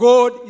God